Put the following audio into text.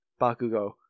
Bakugo